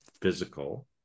physical